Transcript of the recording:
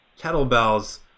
kettlebells